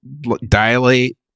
dilate